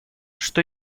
что